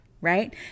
right